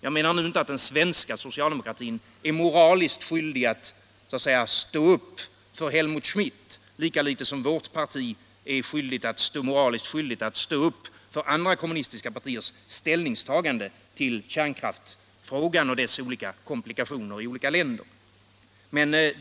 Jag menar nu inte att den svenska socialdemokratin är moraliskt skyldig att så att säga stå upp för Helmut Schmidt, lika litet som vårt parti. är moraliskt skyldigt att stå upp för andra kommunistiska partiers ställ — Särskilt tillstånd att ningstagande till kärnkraftsfrågan och dess olika komplikationer i olika = tillföra kärnreakländer.